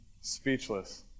speechless